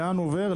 לאן הוא עובר?